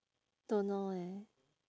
don't know eh